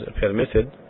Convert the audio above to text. permitted